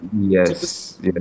Yes